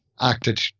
acted